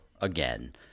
again